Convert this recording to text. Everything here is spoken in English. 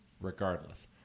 regardless